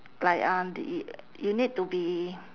like uh you need to be